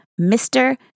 Mr